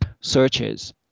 searches